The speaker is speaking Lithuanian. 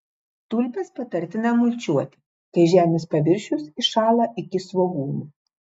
tulpes patartina mulčiuoti kai žemės paviršius įšąla iki svogūnų